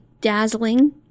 dazzling